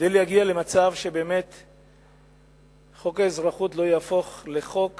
כדי להגיע למצב שבאמת חוק האזרחות לא יהפוך לחוק